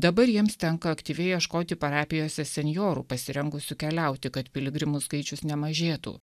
dabar jiems tenka aktyviai ieškoti parapijose senjorų pasirengusių keliauti kad piligrimų skaičius nemažėtų